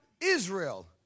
Israel